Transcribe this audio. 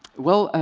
well,